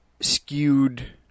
skewed